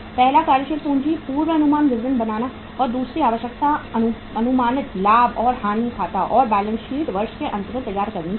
पहला कार्यशील पूंजी पूर्वानुमान विवरण बनाना और दूसरी आवश्यकता अनुमानित लाभ और हानि खाता और बैलेंस शीट वर्ष के अंत में तैयार करनी होगी